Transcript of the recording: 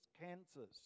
cancers